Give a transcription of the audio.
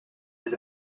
was